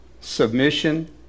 submission